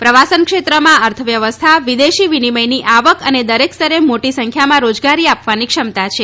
પ્રવાસ ક્ષેત્રમાં અર્થવ્યવસ્થા વિદેશી વિનિમયની આવક અને દરેક સ્તરે મોટી સંખ્યામાં રોજગારી આપવાની ક્ષમતા છે